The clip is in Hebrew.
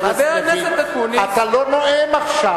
הכנסת לוין, אתה לא נואם עכשיו.